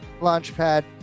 Launchpad